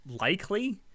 likely